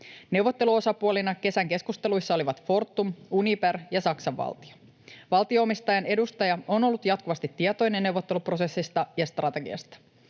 Neuvotteluosapuolina kesän keskusteluissa olivat Fortum, Uniper ja Saksan valtio. Valtio-omistajan edustaja on ollut jatkuvasti tietoinen neuvotteluprosessista ja ‑strategiasta.